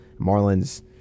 Marlins